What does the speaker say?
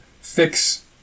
fix